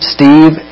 Steve